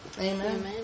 Amen